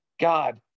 God